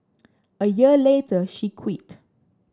a year later she quit